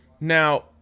Now